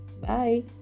bye